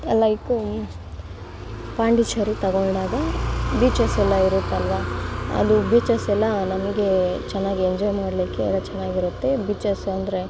like Pondicherry ಅದು ಬೀಚಸ್ಸೆಲ್ಲ ಇರುತ್ತಲ್ವಾ ಅದು ಬೀಚಸ್ಸೆಲ್ಲ ನಮಗೆ ಚೆನ್ನಾಗಿ ಎಂಜಾಯ್ ಮಾಡ್ಲಿಕ್ಕೆಲ್ಲ ಚೆನ್ನಾಗಿರುತ್ತೆ ಬೀಚಸ್ಸಂದರೆ